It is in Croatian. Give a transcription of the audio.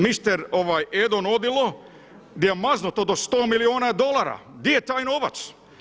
Mr. Edo NOdilo gdje je maznuo do 100 milijuna dolara, gdje je taj novac?